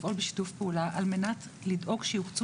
לפעול בשיתוף פעולה על מנת לדאוג שיוקצו